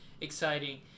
exciting